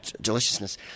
deliciousness